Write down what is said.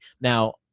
now